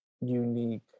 unique